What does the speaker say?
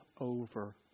over